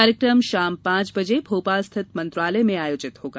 कार्यकम शाम पांच बजे भोपाल स्थित मंत्रालय में आयोजित होगा